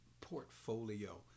portfolio